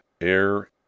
air